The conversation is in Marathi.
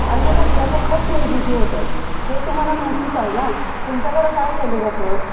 अन्न कचऱ्याचं खत निर्मिती होते हे तुम्हाला माहितीच आहे ना तुमच्याकडं काय केलं जातं